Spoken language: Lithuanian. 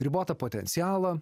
ribotą potencialą